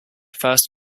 first